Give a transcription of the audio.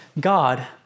God